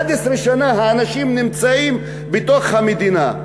11 שנה האנשים נמצאים בתוך המדינה,